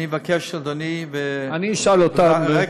אני אבקש, אדוני, אני אשאל אותם, רגע.